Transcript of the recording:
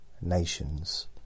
nations